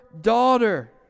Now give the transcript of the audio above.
daughter